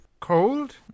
cold